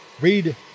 Read